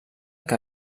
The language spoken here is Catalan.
que